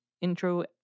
intro